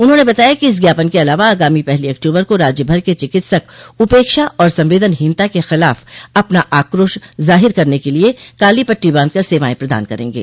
उन्होंने बताया कि इस ज्ञापन के अलावा आगामी पहली अक्टूबर को राज्यभर के चिकित्सक उपेक्षा और संवेदनहीनता के खिलाफ अपना आक्रोश जाहिर करने के लिए काली पट्टी बांध कर सेवाएं प्रदान करेंगे